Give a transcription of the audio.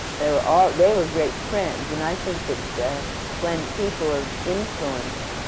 they were all they were great friends, and i think that when people of influence